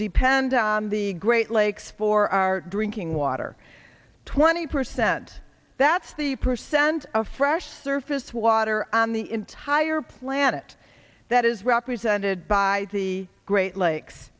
depend on the great lakes for our drinking water twenty percent that's the percent of fresh surface water on the entire planet that is represented by the great lakes